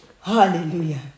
Hallelujah